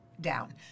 down